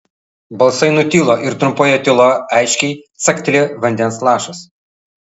balsai nutilo ir trumpoje tyloje aiškiai caktelėjo vandens lašas